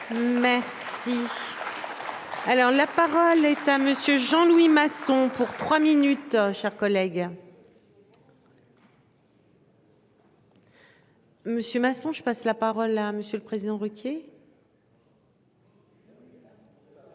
remercie. Alors la parole est à monsieur Jean Louis Masson pour 3 minutes, chers collègues. Monsieur Masson, je passe la parole à Monsieur le Président, Ruquier. Non,